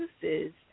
uses